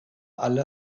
alle